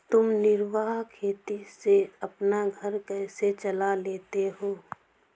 तुम निर्वाह खेती से अपना घर कैसे चला लेते हो?